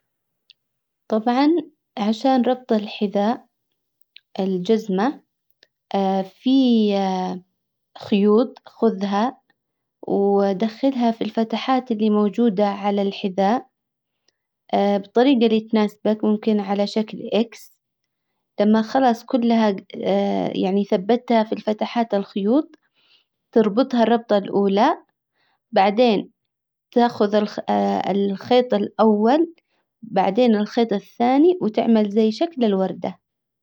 طبعا عشان ربط الحذاء الجزمة في خيوط خذها ودخلها في الفتحات اللي موجودة على الحذاء بالطريجة اللي تناسبك ممكن على شكل اكس لما خلاص كلها يعني ثبتها في فتحات الخيوط. تربطها الربطة الاولى. بعدين تاخذ الخيط الاول. بعدين الخيط الثاني وتعمل زي شكل الوردة.